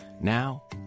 Now